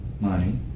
money